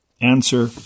answer